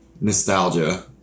nostalgia